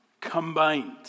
combined